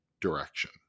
direction